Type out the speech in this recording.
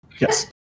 Yes